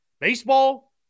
Baseball